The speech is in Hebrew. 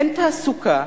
אין תעסוקה,